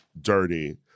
dirty